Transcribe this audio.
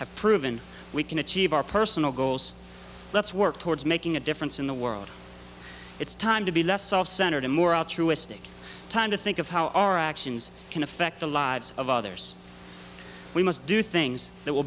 have proven we can achieve our personal goals let's work towards making a difference in the world it's time to be less self centered and more altruistic time to think of how our actions can affect the lives of others we must do things that will